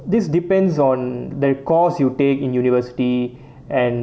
this depends on the course you take in university and